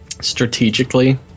strategically